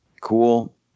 cool